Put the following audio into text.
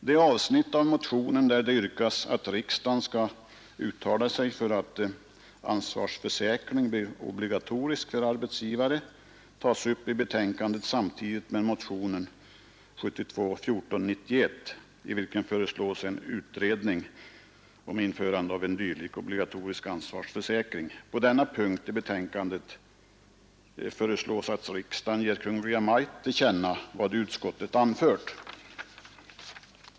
Det avsnitt av motionen där det yrkas att riksdagen skall uttala sig för att ansvarsförsäkring skall bli obligatorisk för arbetsgivaren tas upp i betänkandet samtidigt med motionen 1491 i vilken föreslås en utredning om införande av en dylik obligatorisk ansvarsförsäkring. På denna punkt i betänkandet föreslås att riksdagen ger Kungl. Maj:t till känna vad utskottet anfört.